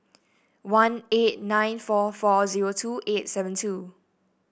one eight nine four four zero two eight seven two